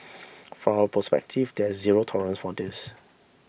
from our perspective there is zero tolerance for this